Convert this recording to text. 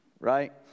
right